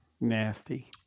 nasty